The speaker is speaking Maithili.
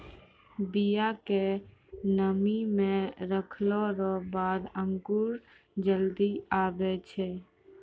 बिया के नमी मे रखलो रो बाद अंकुर जल्दी आबै छै